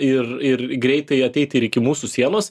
ir ir greitai ateiti ir iki mūsų sielos